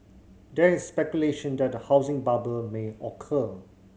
there is speculation that a housing bubble may occur